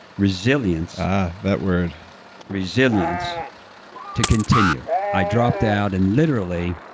resilience that word resilience to continue. i dropped out and literally